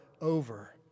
over